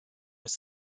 were